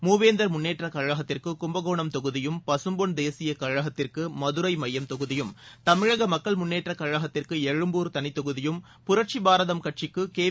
மூவேந்தர் முன்னேற்றக்கழகத்திற்கு கும்பகோணம் தொகுதியும் பசும்பொன் தேசிய கழகத்திற்கு மதுரை மையம் தொகுதியும் தமிழக மக்கள் முன்னேற்றக் கழகத்திற்கு எழும்பூர் தனி தொகுதியும் புரட்சி பாரதம் கட்சிக்கு கேவி